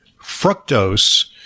fructose